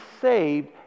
saved